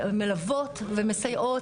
מלוות ומסייעות,